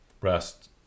rest